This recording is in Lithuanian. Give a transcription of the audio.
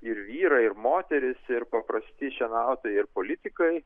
ir vyrai ir moterys ir paprasti šienautojai ir politikai